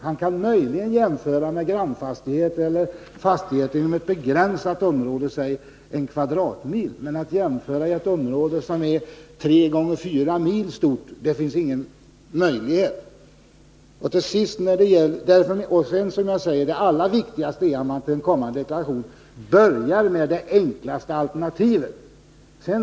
Han kan möjligen jämföra med grannfastigheter eller fastigheter inom ett begränsat område, låt oss säga inom en kvadratmil, men att göra jämförelser avseende ett område på 3-4 kvadratmil är omöjligt. Det allra viktigaste är att man vid en kommande deklaration kan börja med det enklaste alternativet.